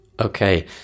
Okay